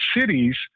cities